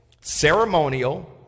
ceremonial